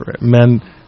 Men